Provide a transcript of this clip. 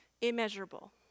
Immeasurable